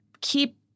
keep